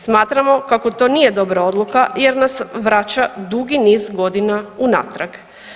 Smatramo kako to nije dobra odluka jer nas vraća dugi niz godina unatrag.